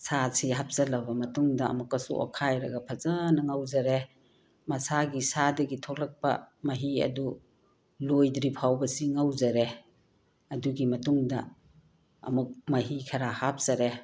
ꯁꯥꯁꯤ ꯍꯥꯞꯆꯤꯜꯂꯕ ꯃꯇꯨꯡꯗ ꯑꯃꯨꯛꯀꯁꯨ ꯑꯣꯠꯈꯥꯏꯔꯒ ꯐꯖꯅ ꯉꯧꯖꯔꯦ ꯃꯁꯥꯒꯤ ꯁꯥꯗꯒꯤ ꯊꯣꯛꯂꯛꯄ ꯃꯍꯤ ꯑꯗꯨ ꯂꯣꯏꯗ꯭ꯔꯤ ꯐꯥꯎꯕꯁꯤ ꯉꯧꯖꯔꯦ ꯑꯗꯨꯒꯤ ꯃꯇꯨꯡꯗ ꯑꯃꯨꯛ ꯃꯍꯤ ꯈꯔ ꯍꯥꯞꯆꯔꯦ